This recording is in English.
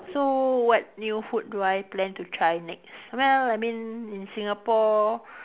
so what new food do I plan to try next well I mean in Singapore